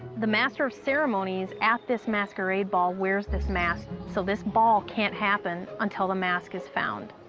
the master of ceremonies at this masquerade ball wears this mask, so this ball can't happen until the mask is found.